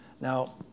Now